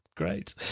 Great